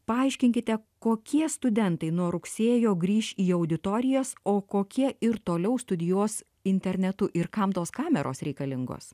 paaiškinkite kokie studentai nuo rugsėjo grįš į auditorijas o kokie ir toliau studijuos internetu ir kam tos kameros reikalingos